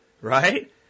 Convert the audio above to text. right